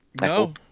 No